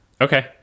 Okay